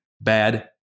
Bad